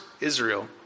Israel